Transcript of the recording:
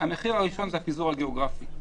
המחיר הראשון הוא הפיזור הגיאוגרפי.